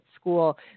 school